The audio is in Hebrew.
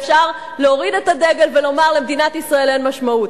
אפשר להוריד את הדגל ולומר: למדינת ישראל אין משמעות.